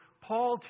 Paul